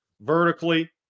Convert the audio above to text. Vertically